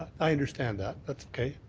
i understand that. that's okay.